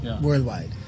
worldwide